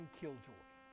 killjoy